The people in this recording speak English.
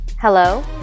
Hello